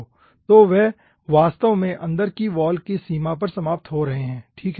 तो वे वास्तव में अंदर की वॉल की सीमा पर समाप्त हो रहे हैं ठीक है